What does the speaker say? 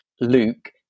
Luke